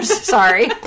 sorry